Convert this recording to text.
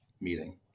meeting